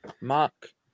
Mark